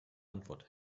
antwort